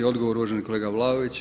Odgovor, uvaženi kolega Vlaović.